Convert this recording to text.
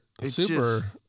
super